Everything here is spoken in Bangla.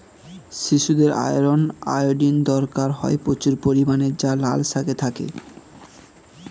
শিশুদের আয়রন, আয়োডিন দরকার হয় প্রচুর পরিমাণে যা লাল শাকে থাকে